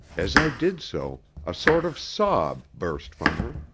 as i did so, a sort of sob burst from her.